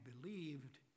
believed